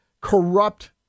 corrupt